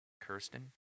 Kirsten